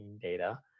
data